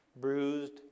bruised